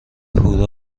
هورا